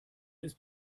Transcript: ist